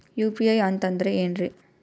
UPI ಅಂತಂದ್ರೆ ಏನ್ರೀ?